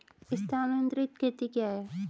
स्थानांतरित खेती क्या है?